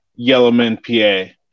YellowmanPA